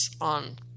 on